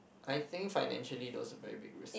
I think financially those are very big risk